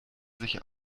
sich